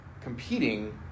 competing